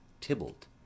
Tybalt